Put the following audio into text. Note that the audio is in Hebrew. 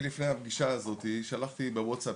אני לפני הפגישה הזאת שלחתי בוואטסאפ,